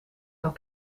zou